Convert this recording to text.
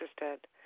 interested